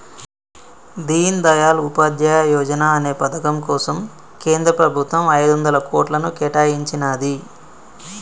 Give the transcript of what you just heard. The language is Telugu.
దీన్ దయాళ్ ఉపాధ్యాయ యోజనా అనే పథకం కోసం కేంద్ర ప్రభుత్వం ఐదొందల కోట్లను కేటాయించినాది